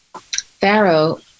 Pharaoh